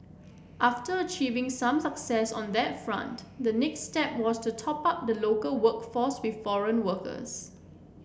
after achieving some success on that front the next step was to top up the local workforce with foreign workers